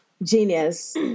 Genius